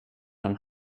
den